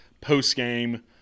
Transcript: post-game